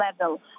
level